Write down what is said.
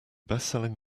bestselling